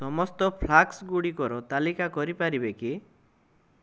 ସମସ୍ତ ଫ୍ଲାସ୍କ୍ ଗୁଡ଼ିକର ତାଲିକା କରିପାରିବେ କି